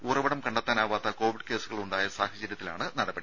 ഉറവിടം കണ്ടെത്താനാകാത്ത കോവിഡ് കേസുകൾ ഉണ്ടായ സാഹചര്യത്തിലാണ് നടപടി